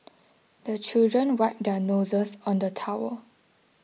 the children wipe their noses on the towel